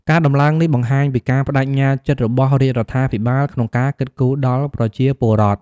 ការដំឡើងនេះបង្ហាញពីការប្តេជ្ញាចិត្តរបស់រាជរដ្ឋាភិបាលក្នុងការគិតគូរដល់ប្រជាពលរដ្ឋ។